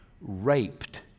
raped